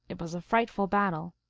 it was a frightful battle.